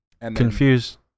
confused